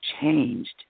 changed